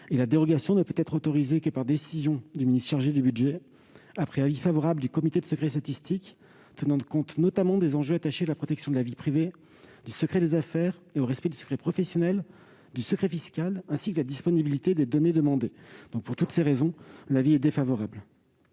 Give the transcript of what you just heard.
La dérogation ne peut être autorisée que par décision du ministre chargé du budget, après avis favorable du comité du secret statistique tenant compte notamment des enjeux attachés à la protection de la vie privée, du secret des affaires et au respect du secret professionnel, du secret fiscal, ainsi que la disponibilité des données demandées. Pour toutes ces raisons, l'avis du Gouvernement